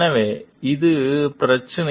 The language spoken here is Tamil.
எனவே இது பிரச்சினை